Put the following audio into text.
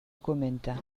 comenta